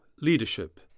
leadership